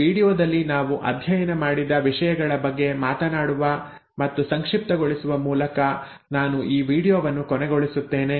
ಈ ವೀಡಿಯೊದಲ್ಲಿ ನಾವು ಅಧ್ಯಯನ ಮಾಡಿದ ವಿಷಯಗಳ ಬಗ್ಗೆ ಮಾತನಾಡುವ ಮತ್ತು ಸಂಕ್ಷಿಪ್ತಗೊಳಿಸುವ ಮೂಲಕ ನಾನು ಈ ವೀಡಿಯೊವನ್ನು ಕೊನೆಗೊಳಿಸುತ್ತೇನೆ